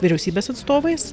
vyriausybės atstovais